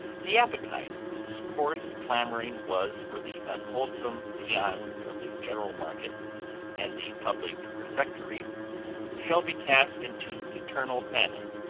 the appetite whose coarse clamoring was for the unwholesome viands of the general market and the public refectory shall be cast into eternal famine,